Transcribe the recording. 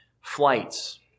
flights